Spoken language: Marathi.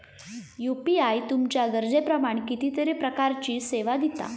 यू.पी.आय तुमच्या गरजेप्रमाण कितीतरी प्रकारचीं सेवा दिता